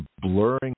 Blurring